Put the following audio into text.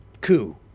coup